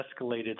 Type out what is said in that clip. escalated